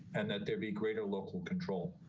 and that there be greater local control.